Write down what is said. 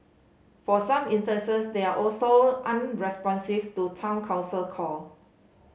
for some instances they are also unresponsive to Town Council call